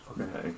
Okay